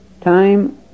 time